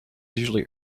usually